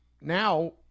Now